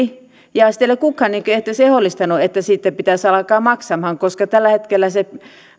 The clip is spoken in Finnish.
sitä ei ole kukaan edes ehdollistanut että siitä pitäisi alkaa maksamaan koska tällä hetkellä ne